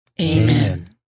Amen